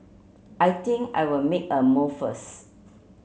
I think I will make a move first